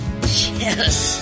Yes